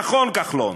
נכון, כחלון,